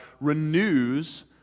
renews